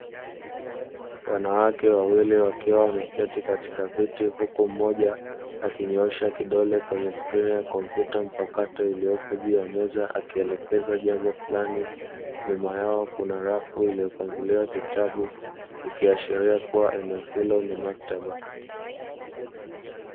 Wanawake wawili wakiwa wameketi katika viti huku mmoja akinyoosha kidole kwenye skrini ya kompyuta mpakato iliyopo juu ya meza akielekeza jambo fulani, nyuma yao kuna rafu iliyopangiliwa vitabu ikiashiria kuwa eneo hilo ni maktaba.